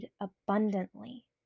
abundantly